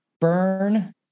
Burn